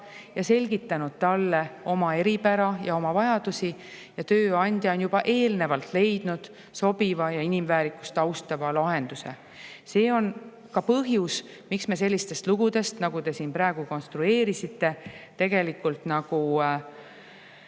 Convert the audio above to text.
ja selgitanud talle oma eripära ja oma vajadusi ja tööandja on juba leidnud sobiva ja inimväärikust austava lahenduse. See on ka põhjus, miks me sellistest lugudest, nagu te siin praegu konstrueerisite, tegelikult ei